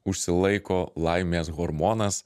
užsilaiko laimės hormonas